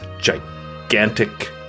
Gigantic